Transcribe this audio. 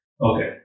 okay